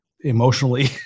emotionally